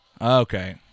Okay